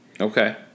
Okay